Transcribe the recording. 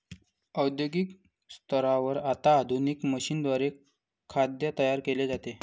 औद्योगिक स्तरावर आता आधुनिक मशीनद्वारे खाद्य तयार केले जाते